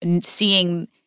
seeing